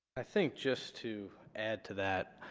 i think just to add to that,